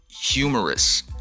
humorous